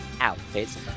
outfits